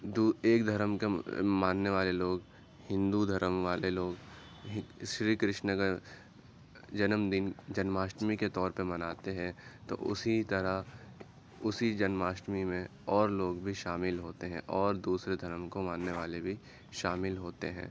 دو ایک دھرم کے ماننے والے لوگ ہندو دھرم والے لوگ شری کرشن جنم دن جنماشٹمی کے طور پر مناتے ہیں تو اسی طرح اسی جنماشٹمی میں اور لوگ بھی شامل ہوتے ہیں اور دوسرے دھرم کو ماننے والے بھی شامل ہوتے ہیں